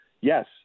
yes